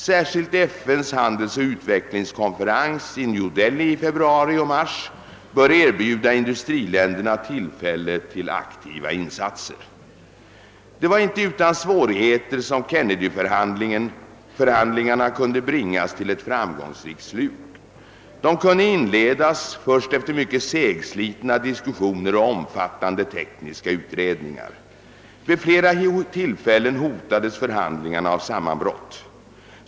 Särskilt FN:s handelsoch utvecklingskonferens i New Delhi i februari och mars bör erbjuda industriländerna tillfällen till aktiva insatser. Det var inte utan svårigheter som Kennedyförhandlingarna kunde bringas till ett framgångsrikt slut. De kunde inledas först efter mycket segslitna diskussioner och omfattande tekniska utredningar. Vid flera tillfällen hotades förhandlingarna av sammanbrott.